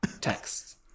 texts